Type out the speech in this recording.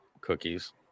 cookies